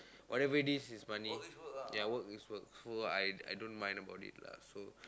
whatever it is is money ya work is work so I don't I don't mind about it lah so